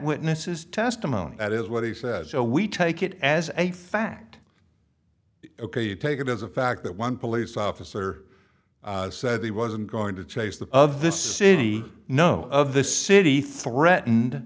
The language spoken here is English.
witness's testimony that is what he said so we take it as a fact ok you take it as a fact that one police officer said he wasn't going to chase the of this city no of the city threatened